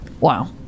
Wow